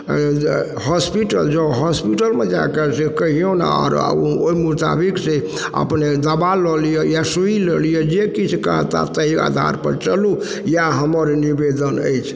hospital जाउ हॉस्पिटलमे जा कऽ से कहियौन आओर ओहि मुताबिकसँ अपने दबाइ लऽ लिअ या सुइ लऽ लिअ जे किछु कहता तहि आधारपर चलू इएह हमर निवेदन अछि